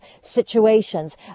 situations